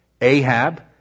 Ahab